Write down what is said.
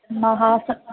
महासने